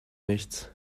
nichts